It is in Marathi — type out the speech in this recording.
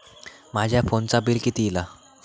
माझ्या फोनचा बिल किती इला?